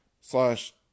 slash